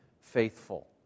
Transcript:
faithful